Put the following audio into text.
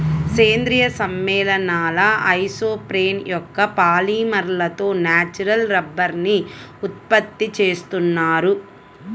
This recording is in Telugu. సేంద్రీయ సమ్మేళనాల ఐసోప్రేన్ యొక్క పాలిమర్లతో న్యాచురల్ రబ్బరుని ఉత్పత్తి చేస్తున్నారు